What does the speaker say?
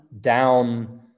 down